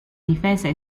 difese